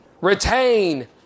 Retain